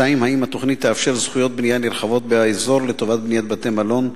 2. האם התוכנית תאפשר זכויות בנייה נרחבות באזור לטובת בניית בתי-מלון,